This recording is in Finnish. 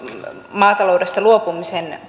maataloudesta luopumisen